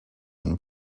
and